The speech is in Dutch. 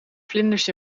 vlinders